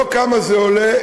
זה לא כמה זה עולה,